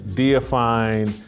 deifying